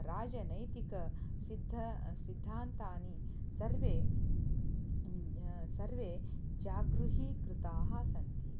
राजनैतिकसिद्धं सिद्धान्तानि सर्वे सर्वे जागृतीकृताः सन्ति